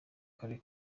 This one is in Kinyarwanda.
karere